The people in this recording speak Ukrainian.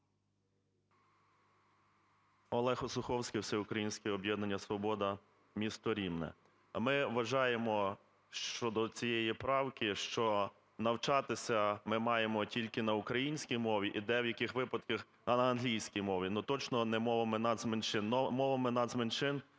Олег Осуховський, Всеукраїнське об'єднання "Свобода", місто Рівне. Ми вважаємо, щодо цієї правки, що навчатися ми маємо тільки на українській мові і в деяких випадках – на англійській мові, но точно не мовами нацменшин. Мовами нацменшин